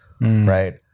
Right